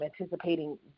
anticipating